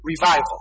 revival